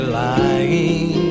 lying